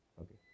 Okay